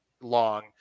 long